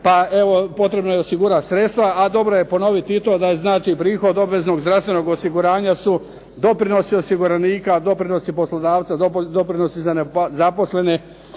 pa evo, potrebno je osigurati sredstva, a dobro je ponoviti i to da je znači prihod obveznog zdravstvenog osiguranja su doprinosi osiguranika, doprinosi poslodavca, doprinosi za nezaposlene,